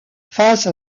face